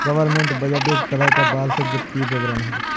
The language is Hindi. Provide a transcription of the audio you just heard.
गवर्नमेंट बजट एक तरह का वार्षिक वित्तीय विवरण है